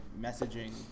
messaging